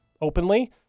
openly